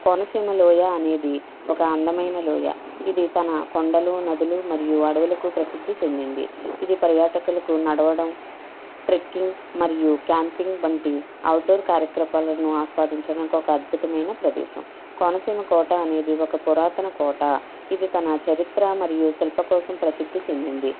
కోనసీమ లోయ అనేది ఒక అందమైన లోయ ఇది తన కొండలు నదులు మరియు అడవులకు ప్రసిద్ధి చెందింది ఇది పర్యాటకులకు నడవడం ట్రెక్కింగ్ మరియు క్యాంపింగ్ వంటి అవుట్డోర్ కార్యక్రపాలను ఆస్వాదించేకొక అద్భుతమైన ప్రదేశం కోనసీమ కోట అనేది ఒక పురాతన కోట ఇది తన చరిత్ర మరియు శిల్ప కోసం ప్రసిద్ధి చెందింది